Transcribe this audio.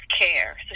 care